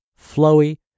flowy